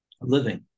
living